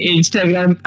Instagram